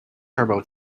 turbo